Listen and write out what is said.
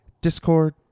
Discord